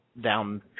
down